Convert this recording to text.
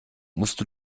musste